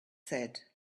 said